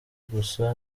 gusa